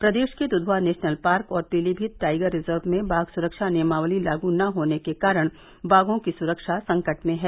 प्रदेश के Dudhwa national park और Pilibhit tiger reserve में बाघ सुरक्षा नियमावली लागू न होने के कारण बाघों की सुरक्षा संकट में है